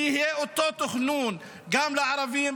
שיהיה אותו תכנון גם לערבים,